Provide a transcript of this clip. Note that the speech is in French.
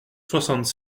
soixante